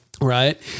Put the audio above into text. Right